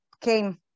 came